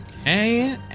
Okay